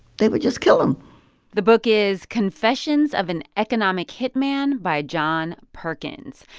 they would just kill them the book is, confessions of an economic hit man, by john perkins.